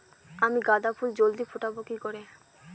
আমি গাঁদা ফুল জলদি ফোটাবো কি করে?